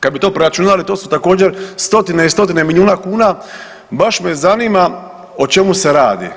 Kad bi to preračunali, to su također, stotine i stotine milijuna kuna, baš me zanima o čemu se radi.